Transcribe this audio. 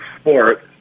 sport